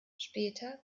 später